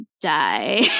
die